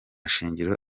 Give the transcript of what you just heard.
shingiro